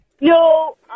no